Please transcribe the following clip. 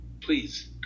please